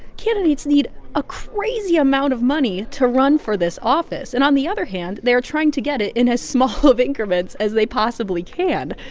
candidates need a crazy amount of money to run for this office. and on the other hand, they're trying to get it in as small of increments as they possibly can.